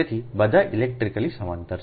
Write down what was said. તેથી બધા ઇલેક્ટ્રિકલી સમાંતર છે